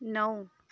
नौ